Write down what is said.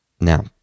now